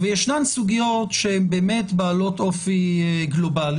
ויש סוגיות שהן בעלות אופי גלובלי.